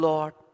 Lord